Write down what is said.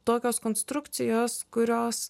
tokios konstrukcijos kurios